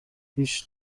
هیچ